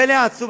פלא עצום,